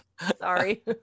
Sorry